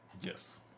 yes